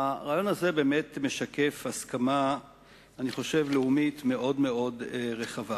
הרעיון הזה באמת משקף הסכמה לאומית מאוד מאוד רחבה.